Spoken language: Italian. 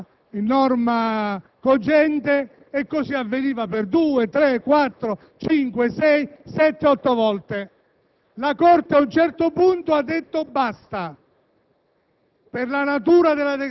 trasformandolo in norma cogente e così avveniva per due, tre, quattro, fino anche a otto volte. La Corte, a un certo punto, ha detto: basta;